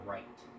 Right